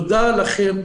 תודה לכם.